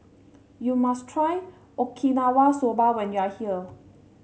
you must try Okinawa Soba when you are here